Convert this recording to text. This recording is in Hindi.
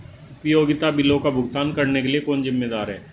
उपयोगिता बिलों का भुगतान करने के लिए कौन जिम्मेदार है?